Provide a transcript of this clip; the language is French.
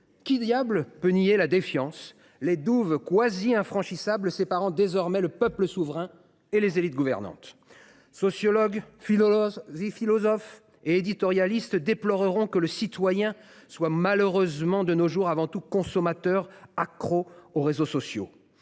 Qui diable peut nier la défiance, les douves quasi infranchissables séparant désormais le peuple souverain et les élites gouvernantes ? Sociologues, philosophes et éditorialistes déploreront que le citoyen soit malheureusement de nos jours avant tout consommateur et « accro » aux réseaux sociaux,